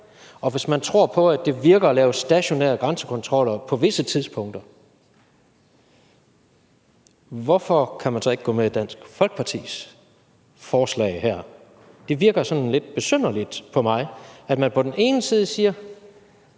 og hvis man tror på, at det virker at lave stationære grænsekontroller på visse tidspunkter, hvorfor kan man så ikke støtte Dansk Folkepartis forslag her? Det virker sådan lidt besynderligt på mig, at man på den ene side siger,